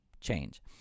change